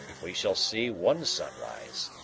we shall see one sunrise,